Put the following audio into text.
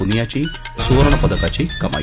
पुनियाची सुवर्ण पदकाची कमाई